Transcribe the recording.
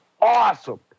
awesome